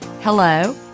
hello